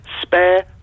spare